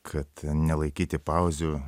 kad nelaikyti pauzių